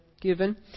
given